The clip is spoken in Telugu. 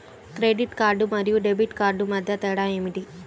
క్రెడిట్ కార్డ్ మరియు డెబిట్ కార్డ్ మధ్య తేడా ఏమిటి?